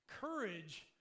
Courage